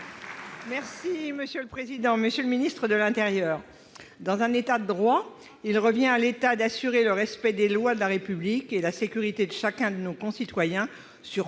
Ma question s'adresse à M. le ministre de l'intérieur. Dans un État de droit, il revient à l'État d'assurer le respect des lois de la République et la sécurité de chacun de nos concitoyens sur